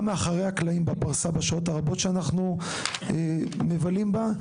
גם מאחרי הקלעים בפרסה בשעות שאנחנו מבלים בה,